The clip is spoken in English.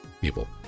people